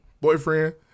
boyfriend